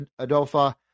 Adolfa